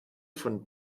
von